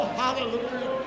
hallelujah